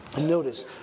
Notice